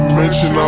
mention